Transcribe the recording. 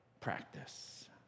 practice